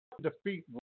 defeat